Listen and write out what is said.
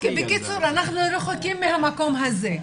אנחנו רחוקים מהמקום הזה.